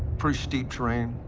pretty steep terrain,